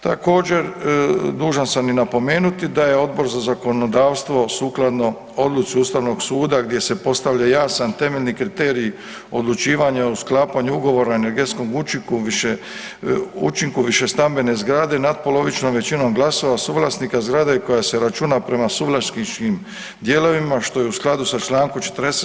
Također dužan sam i napomenuti da je Odbor za zakonodavstvo sukladno odluci ustavnog suda gdje se postavlja jasan temeljni kriterij odlučivanja o sklapanju Ugovora o energetskom učinku višestambene zgrade natpolovičnom većinom glasova suvlasnika zgrade koja se računa prema suvlasničkim dijelovima što je u skladu sa čl. 40.